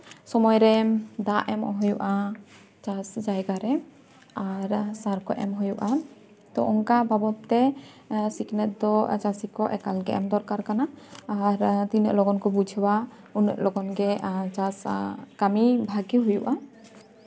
ᱥᱚᱢᱚᱭᱨᱮ ᱫᱟᱜ ᱮᱢᱚᱜ ᱦᱩᱭᱩᱜᱼᱟ ᱪᱟᱥ ᱡᱟᱭᱜᱟᱨᱮ ᱟᱨ ᱥᱟᱨᱠᱚ ᱮᱢ ᱦᱩᱭᱩᱜᱼᱟ ᱛᱳ ᱚᱱᱠᱟ ᱵᱟᱵᱚᱫ ᱛᱮ ᱥᱤᱠᱷᱱᱟᱹᱛ ᱫᱚ ᱪᱟᱹᱥᱤ ᱠᱚᱣᱟᱜ ᱮᱠᱟᱞᱜᱮ ᱮᱢ ᱫᱚᱨᱠᱟᱨ ᱠᱟᱱᱟ ᱟᱨ ᱛᱤᱱᱟᱹᱜ ᱞᱚᱜᱚᱱ ᱠᱚ ᱵᱩᱡᱷᱟᱹᱣᱟ ᱩᱱᱟᱹᱜ ᱞᱚᱜᱚᱱ ᱜᱮ ᱪᱟᱥ ᱠᱟᱹᱢᱤ ᱵᱷᱟᱹᱤ ᱦᱩᱭᱩᱜᱼᱟ